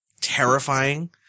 terrifying